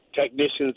technicians